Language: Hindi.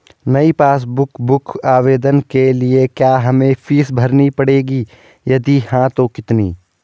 नयी पासबुक बुक आवेदन के लिए क्या हमें फीस भरनी पड़ेगी यदि हाँ तो कितनी?